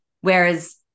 whereas